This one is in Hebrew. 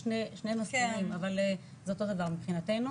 יש שם שני מסלולים זה אותו דבר מבחינתנו